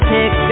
Pick